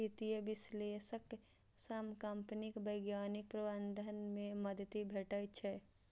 वित्तीय विश्लेषक सं कंपनीक वैज्ञानिक प्रबंधन मे मदति भेटै छै